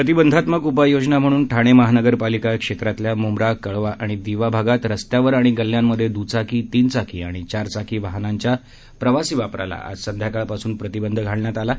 प्रतिबंधात्मक उपाययोजना म्हणून ठाणे महानगरपालिका क्षेत्रातील मुंब्रा कळवा आणि दिवा भागात रस्त्यांवर आणि गल्ल्यांमध्ये द्चाकी तीन चाकी आणि चार चाकी वाहनांच्या प्रवासी वापरास आज संध्याकाळपासून प्रतिबंध घालण्यात आला आहे